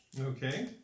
Okay